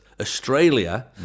Australia